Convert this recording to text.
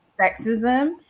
sexism